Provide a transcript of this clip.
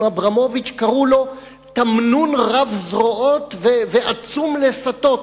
אברמוביץ קראו לו "תמנון רב-זרועות ועצום לסתות",